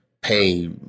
pay